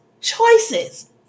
choices